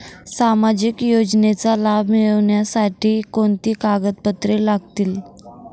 सामाजिक योजनेचा लाभ मिळण्यासाठी कोणती कागदपत्रे लागतील?